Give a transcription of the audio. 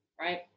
right